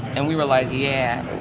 and we were like, yeah,